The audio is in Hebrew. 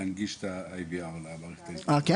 להנגיש את ה-IVR למערכת ההזדהות.